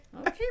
Okay